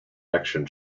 action